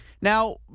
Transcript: Now